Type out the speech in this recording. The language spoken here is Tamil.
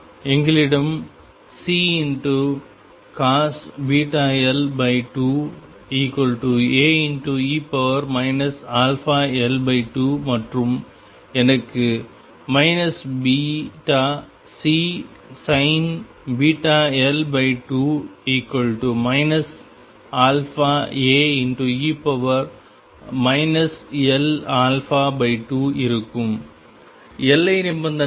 எங்களிடம் Ccos βL2 Ae αL2 மற்றும் எனக்கு βCsin βL2 αAe αL2இருக்கும் எல்லை நிபந்தனைகள்